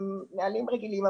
ונהלים רגילים,